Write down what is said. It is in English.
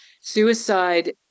Suicide